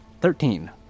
Thirteen